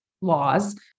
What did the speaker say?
laws